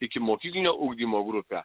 ikimokyklinio ugdymo grupę